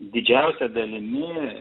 didžiausia dalimi